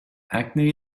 acne